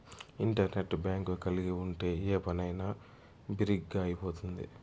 internet bank కలిగి ఉంటే ఏ పనైనా బిరిగ్గా అయిపోతుంది